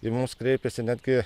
į mus kreipiasi netgi